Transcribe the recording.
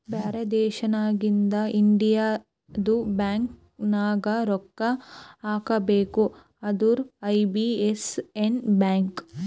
ಬ್ಯಾರೆ ದೇಶನಾಗಿಂದ್ ಇಂಡಿಯದು ಬ್ಯಾಂಕ್ ನಾಗ್ ರೊಕ್ಕಾ ಹಾಕಬೇಕ್ ಅಂದುರ್ ಐ.ಬಿ.ಎ.ಎನ್ ಬೇಕ್